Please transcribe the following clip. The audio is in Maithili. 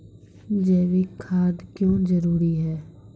जैविक खाद क्यो जरूरी हैं?